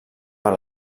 per